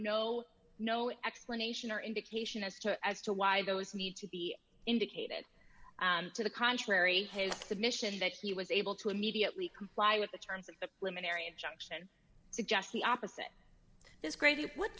no no explanation or indication as to as to why those need to be indicated to the contrary his admission that he was able to immediately comply with the terms of the women area junction suggests the opposite this greatly what